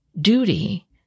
duty